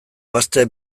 gazte